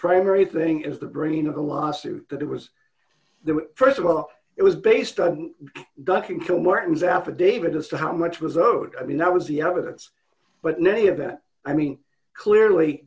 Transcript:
primary thing is the brain of the lawsuit that it was the st of all it was based on ducking kill morton's affidavit as to how much was owed i mean that was the evidence but many of that i mean clearly